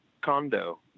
condo